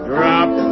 Drop